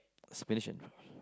expedition